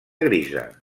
grisa